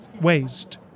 waste